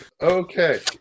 Okay